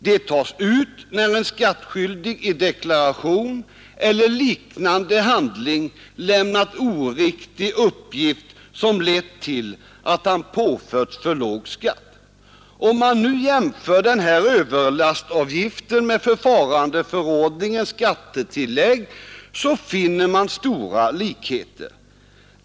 De tas ut, när en skattskyldig i deklaration eller liknande handling lämnat oriktig uppgift, som lett till att han påförts för låg skatt. Om man nu jämför den här överlastavgiften med förfarandeförordningens skattetillägg, så finner man stora likheter.